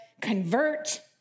convert